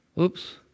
Oops